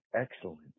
excellence